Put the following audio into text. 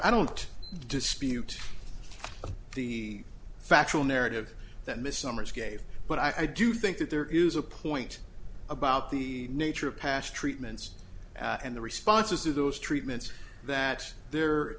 i don't dispute the factual narrative that miss summers gave but i do think that there is a point about the nature of past treatments and the responses of those treatments that there